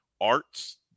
Arts